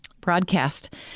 broadcast